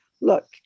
Look